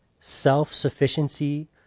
self-sufficiency